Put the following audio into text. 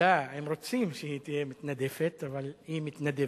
לַא, הם רוצים שהיא תהיה מתנדפת, אבל היא מתנדבת.